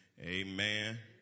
amen